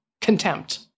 contempt